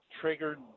triggered